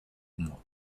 moi